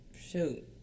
shoot